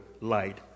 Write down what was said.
light